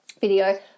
video